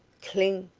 cling!